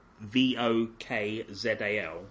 v-o-k-z-a-l